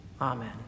Amen